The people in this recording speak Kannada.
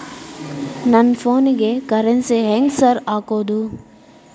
ನನ್ ಫೋನಿಗೆ ಕರೆನ್ಸಿ ಹೆಂಗ್ ಸಾರ್ ಹಾಕೋದ್?